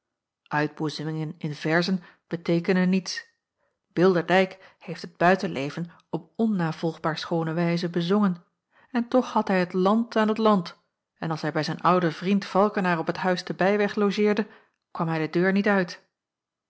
uitboezemingen in verzen beteekenen niets bilderdijk heeft het buitenleven op onnavolgbaar schoone wijze bezongen en toch had hij het land aan het land en als hij bij zijn ouden vriend valckenaer op t huis te bijweg logeerde kwam hij de deur niet uit